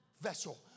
vessel